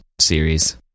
series